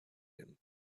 him